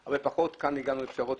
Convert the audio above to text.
על הרבה פחות אבל כאן הגענו לפשרות,